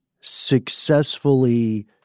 successfully